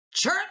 Church